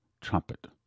trumpet